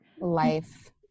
life